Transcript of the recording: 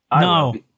No